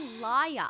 liar